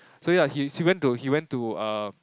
so yeah he went to he went to uh